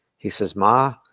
he says, ma,